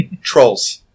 Trolls